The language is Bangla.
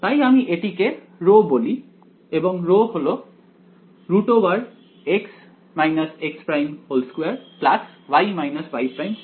তাই আমি এটিকে ρ বলি এবং ρ x x′2 y y′212